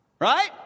right